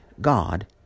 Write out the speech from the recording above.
God